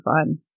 fun